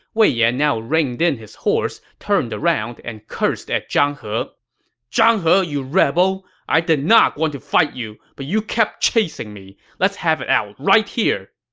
wei yan now reined in his horse, turned around, and cursed at zhang he zhang he, you rebel! i didn't want to fight you, but you kept chasing me. let's have it out right here!